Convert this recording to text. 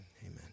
Amen